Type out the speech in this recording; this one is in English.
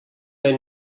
they